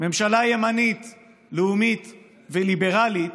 ממשלה ימנית לאומית וליברלית,